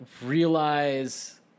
realize